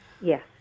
Yes